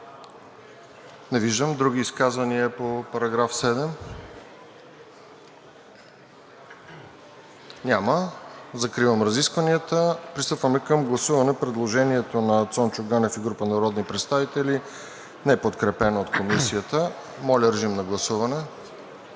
Не виждам. Други изказвания по § 7? Няма. Закривам разискванията. Пристъпваме към гласуване на предложението на Цончо Ганев и група народни представители, неподкрепено от Комисията. Моля, режим на гласуване.